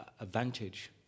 advantage